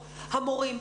המורים,